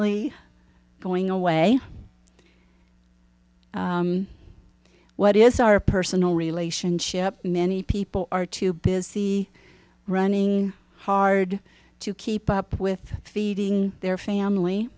lee going away what is our personal relationship many people are too busy running hard to keep up with feeding their family